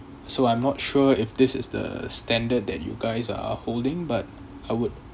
so I'm not sure if this is the standard that you guys are holding but I would